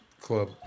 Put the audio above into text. club